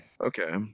Okay